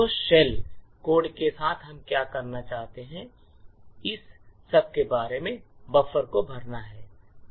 तो shell code के साथ हम क्या करना चाहते हैं इस सब के साथ बफर को भरना है